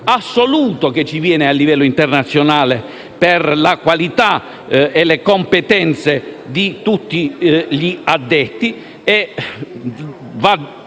assoluto che ci viene a livello internazionale per la qualità e le competenze di tutti gli addetti.